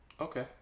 Okay